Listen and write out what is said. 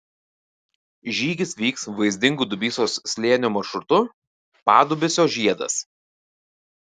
žygis vyks vaizdingu dubysos slėniu maršrutu padubysio žiedas